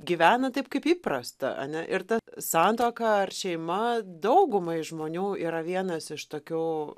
gyvena taip kaip įprasta ane ir ta santuoka ar šeima daugumai žmonių yra vienas iš tokių